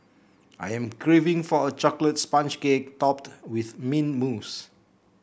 I am craving for a chocolate sponge cake topped with mint mousse